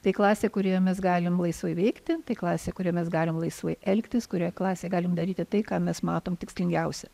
tai klasė kurioje mes galim laisvai veikti tai klasė kurioj mes galim laisvai elgtis kurioj klasėj galim daryti tai ką mes matom tikslingiausia